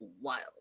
wild